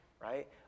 right